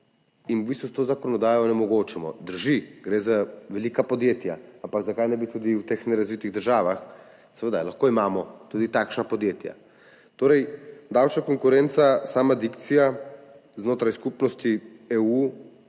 jim v bistvu s to zakonodajo onemogočamo. Drži, gre za velika podjetja. Ampak zakaj ne bi tudi v teh nerazvitih državah? Seveda lahko imamo tudi takšna podjetja. Torej davčna konkurenca, sama dikcija znotraj skupnosti EU,